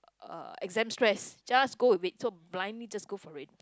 uh exam stress just go with it so blindly just go with it